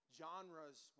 genres